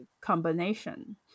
combination